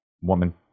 woman